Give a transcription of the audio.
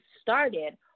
started